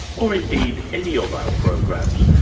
or indeed any of our programs,